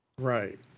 Right